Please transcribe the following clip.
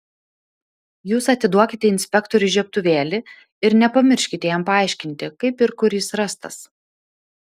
jūs atiduokite inspektoriui žiebtuvėlį ir nepamirškite jam paaiškinti kaip ir kur jis rastas